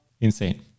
Insane